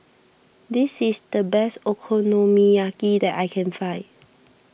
this is the best Okonomiyaki that I can find